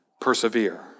persevere